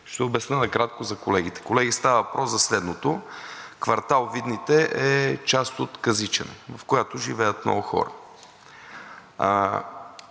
Ще обясня, накратко за колегите. Колеги, става въпрос за следното: квартал „Видните“ е част от Казичене, в която живеят много хора.